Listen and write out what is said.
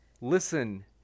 listen